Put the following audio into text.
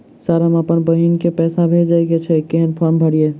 Sir हम अप्पन बहिन केँ पैसा भेजय केँ छै कहैन फार्म भरीय?